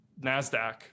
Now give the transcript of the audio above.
NASDAQ